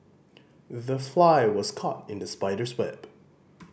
the fly was caught in the spider's web